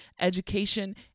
education